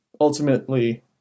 ultimately